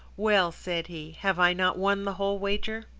well, said he, have i not won the whole wager?